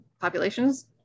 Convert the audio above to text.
populations